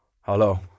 hello